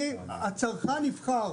שהצרכן יבחר,